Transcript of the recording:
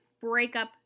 Breakup